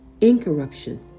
incorruption